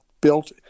built